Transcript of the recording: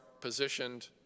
positioned